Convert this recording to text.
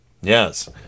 Yes